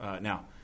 now